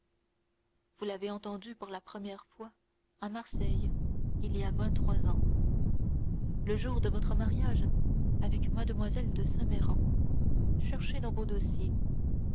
vous l'avez entendue pour la première fois à marseille il y a vingt-trois ans le jour de votre mariage avec mlle de saint méran cherchez dans vos dossiers